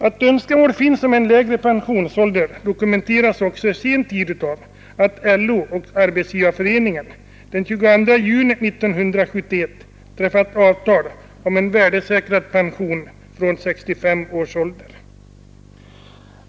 Att önskemål finns om en lägre pensionsålder dokumenteras i sin tur av att LO och Arbetsgivareföreningen den 22 juni 1971 träffat avtal om en värdesäkrad pension från 65 års ålder.